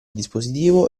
dispositivo